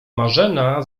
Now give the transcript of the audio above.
marzena